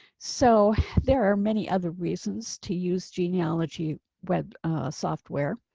so there are many other reasons to use genealogy web software.